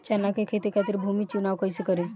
चना के खेती खातिर भूमी चुनाव कईसे करी?